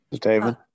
David